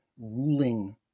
ruling